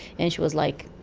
and she was, like,